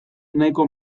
nahiko